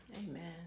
Amen